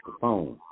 phone